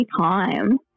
anytime